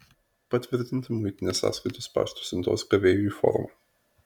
patvirtinti muitinės sąskaitos pašto siuntos gavėjui formą